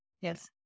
Yes